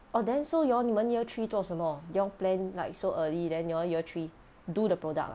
orh then so you all 你们 year three 做什么 you all plan like so early then you all year three do the product ah